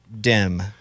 dim